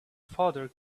father